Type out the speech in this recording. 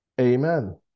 Amen